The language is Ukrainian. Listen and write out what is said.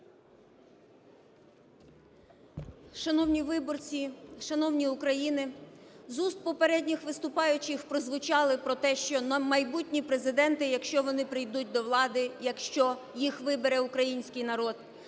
Шановні виборці, шановні українці! З уст попередніх виступаючих прозвучало про те, що майбутні президенти, якщо вони прийдуть до влади, якщо їх вибере український народ,